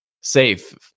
safe